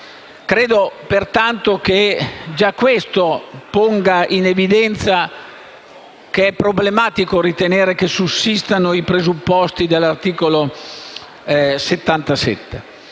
Credo pertanto che già questo ponga in evidenza il fatto che è problematico ritenere che sussistano i presupposti dell'articolo 77.